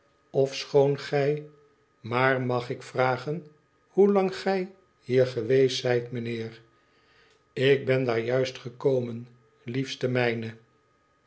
ofschoon gij maar mag ik vragen hoelang gij hier geweest zijt mijnheer ik ben daar juist gekomen liefste mijne